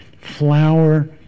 flower